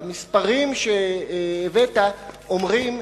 והמספרים שהבאת אומרים,